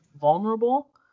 vulnerable